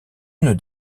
une